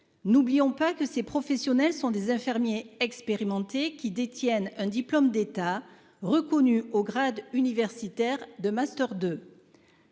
N'oublions pas que ces professionnels sont des infirmiers expérimentés qui détiennent un diplôme d'état reconnu au grade universitaire de master